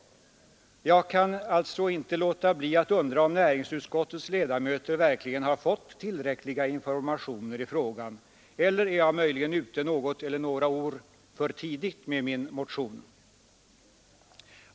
Jag kan alltså inte låta bli att undra, om näringsutskottets ledamöter verkligen har fått tillräcklig information i frågan — eller är jag möjligen ute något eller några år för tidigt med min motion?